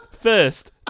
first